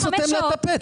למה אתה סותם לה את הפה?